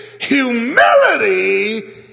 humility